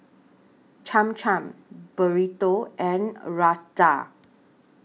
Cham Cham Burrito and Raita